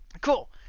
Cool